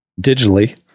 digitally